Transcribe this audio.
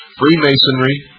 freemasonry,